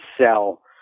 sell